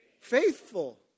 faithful